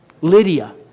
Lydia